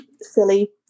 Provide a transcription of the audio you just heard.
silly